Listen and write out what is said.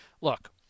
look